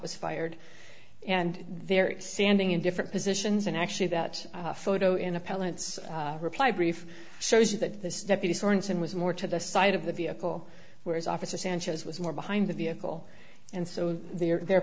was fired and they're examining in different positions and actually that photo in appellants reply brief shows you that this deputy sorenson was more to the side of the vehicle whereas officer sanchez was more behind the vehicle and so they are their